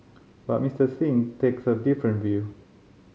but Mister Singh takes a different view